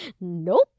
nope